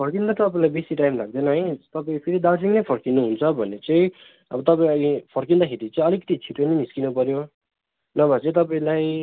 फर्किँदा तपाईँलाई बेसी टाइम लाग्दैन है तपाईँ फेरि दार्जिलिङै फर्किनुहुन्छ भने चाहिँ अब तपाईँ अहिले फर्किँदाखेरि चाहिँ अलिकति छिटो नै निस्किनु पऱ्यो नभए चाहिँ तपाईँलाई